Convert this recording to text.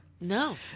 No